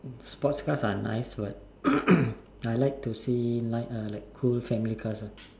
sport cars are nice but I like to see night uh like cool family cars ah